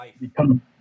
become